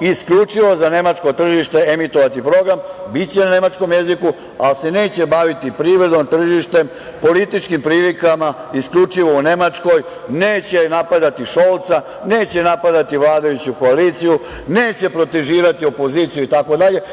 isključivo za nemačko tržište, emitovati program, biće na nemačkom jeziku, ali se neće baviti privredom, tržištem, političkim prilikama, isključivo u Nemačkoj, neće napadati Šolca, neće napadati vladajuću koaliciju, neće protežirati opoziciju itd,